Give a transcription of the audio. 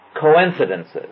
coincidences